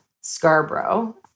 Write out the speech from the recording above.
Scarborough